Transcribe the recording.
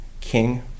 king